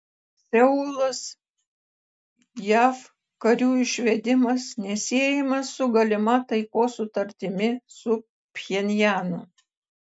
seulas jav karių išvedimas nesiejamas su galima taikos sutartimi su pchenjanu